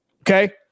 Okay